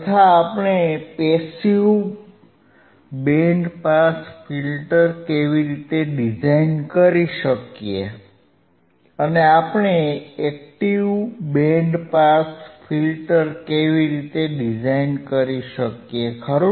તથા આપણે passive band pass filter કેવી રીતે ડિઝાઇન કરી શકીએ અને આપણે એક્ટીવ બેન્ડ પાસ ફિલ્ટર કેવી રીતે ડિઝાઇન કરી શકીએ ખરું